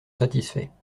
satisfaits